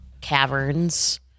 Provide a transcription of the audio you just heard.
caverns